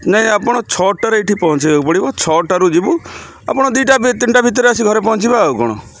ନାଇଁ ଆପଣ ଛଅଟାରେ ଏଇଠି ପହଞ୍ଚିବାକୁ ପଡ଼ିବ ଛଅଟାରୁ ଯିବୁ ଆପଣ ଦୁଇଟା ତିନିଟା ଭିତରେ ଆସିକି ଘରେ ପହଞ୍ଚିବେ ଆଉ କ'ଣ